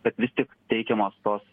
kad vis tik teikiamos tos